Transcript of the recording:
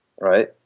right